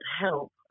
help